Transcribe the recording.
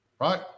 right